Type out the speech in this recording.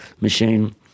machine